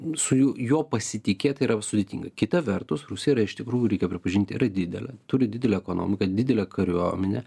su juo pasitikėt tai yra sudėtinga kita vertus rusija yra iš tikrųjų reikia pripažinti yra didelė turi didelę ekonomiką didelę kariuomenę